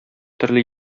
төрле